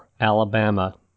Alabama